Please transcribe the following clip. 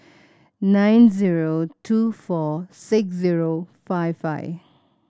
nine zero two four six zero five five